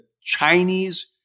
Chinese